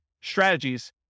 strategies